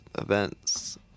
events